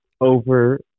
over